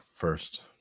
First